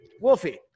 Wolfie